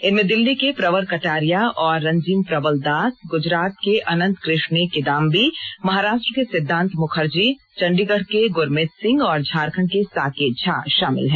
इनमें दिल्ली के प्रवर कटारिया और रंजिम प्रबल दास गुजरात के अनंत कृष्णी किदांबी महाराष्ट्र के सिद्धांत मुखर्जी चंडीगढ़ के गुरमित सिंह और झारखंड के साकेत झा शामिल हैं